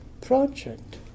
project